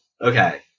okay